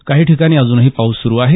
काही ठिकाणी अजूनही पाऊस सुरू आहे